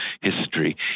history